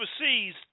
overseas